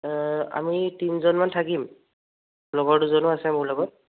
এ আমি তিনিজনমান থাকিম লগৰ দুজনো আছে মোৰ লগত